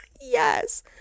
Yes